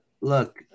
Look